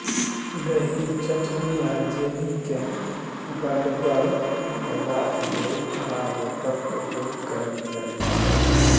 दही, चटनी आ जैली केँ गढ़गर बनेबाक लेल अरारोटक प्रयोग कएल जाइत छै